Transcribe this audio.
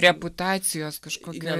reputacijos kažkokio